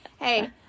hey